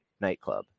nightclub